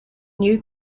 new